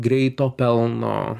greito pelno